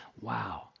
wow